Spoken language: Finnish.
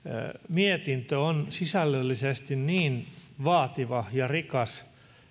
mietintö on sisällöllisesti niin vaativa ja rikas